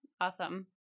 Awesome